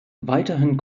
weiterhin